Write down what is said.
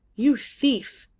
you thief!